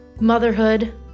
motherhood